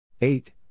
eight